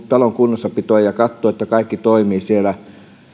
talon kunnossapitoa ja katsoo että kaikki toimii siellä